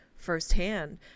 firsthand